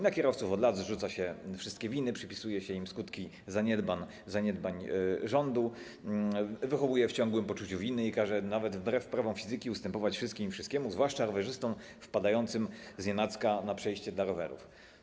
Na kierowców od lat zrzuca się wszystkie winy, przypisuje się im skutki zaniedbań rządu, wychowuje się w ciągłym poczuciu winy i każe nawet wbrew prawom fizyki ustępować wszystkim i wszystkiemu, zwłaszcza rowerzystom wpadającym znienacka na przejście dla rowerów.